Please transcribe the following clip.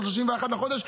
ב-31 לחודש,